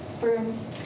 firms